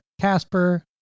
Casper